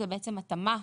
זוהי התאמה,